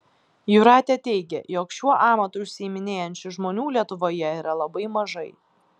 jūratė teigia jog šiuo amatu užsiiminėjančių žmonių lietuvoje yra labai mažai